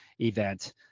event